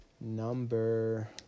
Number